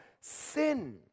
sin